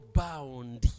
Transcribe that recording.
bound